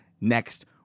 next